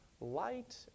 light